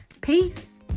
Peace